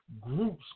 groups